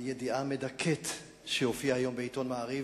ידיעה מדכאת שהופיעה היום בעיתון "מעריב",